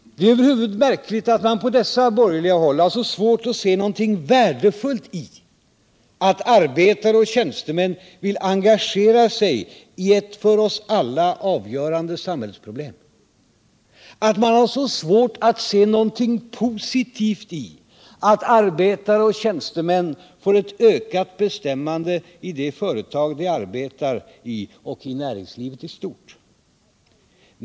Det är över huvud märkligt att man på dessa borgerliga håll har så svårt att se någonting värdefullt i att arbetare och tjänstemän vill engagera sig i ett för oss alla avgörande samhällsproblem, att man har så svårt att se någonting positivt i att arbetare och tjänstemän får ett ökat bestämmande i de företag de arbetar i och i näringslivet i stort.